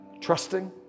Trusting